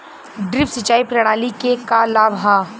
Drip सिंचाई प्रणाली के का लाभ ह?